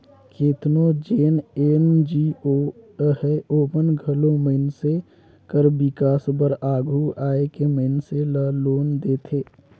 केतनो जेन एन.जी.ओ अहें ओमन घलो मइनसे कर बिकास बर आघु आए के मइनसे ल लोन देथे